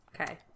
Okay